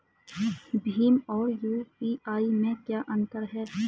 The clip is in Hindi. भीम और यू.पी.आई में क्या अंतर है?